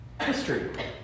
history